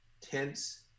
tense